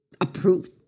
approved